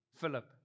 Philip